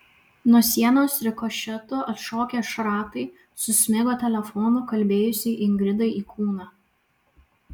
nuo sienos rikošetu atšokę šratai susmigo telefonu kalbėjusiai ingridai į kūną